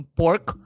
pork